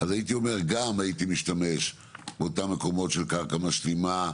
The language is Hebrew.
גם הייתי משתמש באותם מקומות של קרקע משלימה,